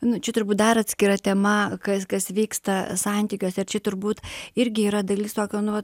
nu čia turbūt dar atskira tema kas kas vyksta santykiuose ir čia turbūt irgi yra dalis tokio nu va